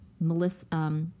Melissa